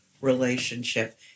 relationship